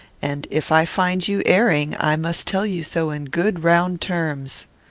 and, if i find you erring, i must tell you so in good round terms.